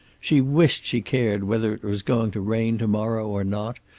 she wished she cared whether it was going to rain to-morrow or not,